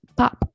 pop